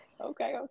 okay